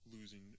losing